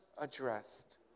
addressed